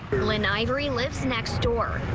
elaine ivory lives next door.